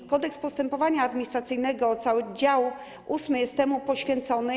W Kodeksie postępowania administracyjnego cały dział VIII jest temu poświęcony.